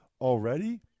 already